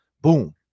boom